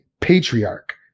patriarch